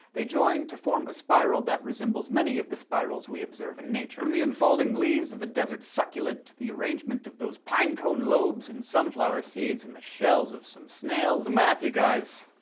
they join to form a spiral that resembles many of the spirals we observe in nature in the unfolding leaves of a desert succulent, the arrangement of those pine cone lobes and sunflower seeds, in the shells of some snails. the math, you guys.